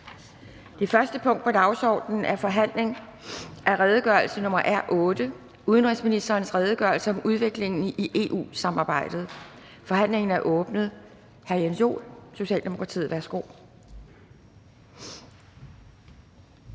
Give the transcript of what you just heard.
Det første punkt på dagsordenen er: 1) Forhandling om redegørelse nr. R 8: Udenrigsministerens redegørelse om udviklingen i EU-samarbejdet. (Anmeldelse